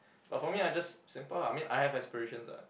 but for me I just simple ah I mean I have aspirations ah